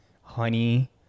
honey